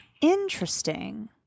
interesting